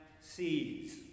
seeds